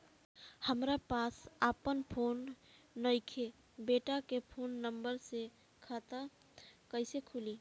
हमरा पास आपन फोन नईखे बेटा के फोन नंबर से खाता कइसे खुली?